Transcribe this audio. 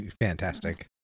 fantastic